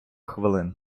хвилин